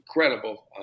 incredible